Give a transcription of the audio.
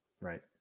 right